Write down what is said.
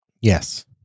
Yes